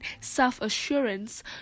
self-assurance